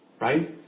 Right